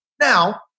Now